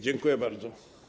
Dziękuję bardzo.